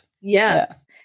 Yes